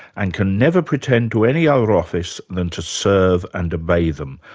and can never pretend to any other office than to serve and obey them.